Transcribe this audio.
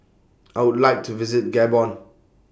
I Would like to visit Gabon